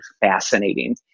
fascinating